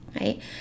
Right